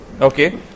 Okay